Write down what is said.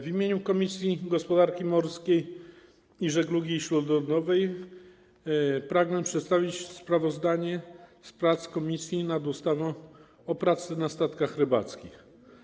W imieniu Komisji Gospodarki Morskiej i Żeglugi Śródlądowej pragnę przedstawić sprawozdanie z prac komisji nad ustawą o pracy na statkach rybackich.